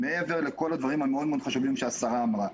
מעבר לכל הדברים המאוד חשובים שהשרה אמרה,